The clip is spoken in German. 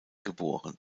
geboren